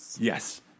Yes